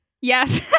Yes